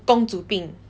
公主病